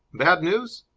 bad news?